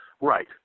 Right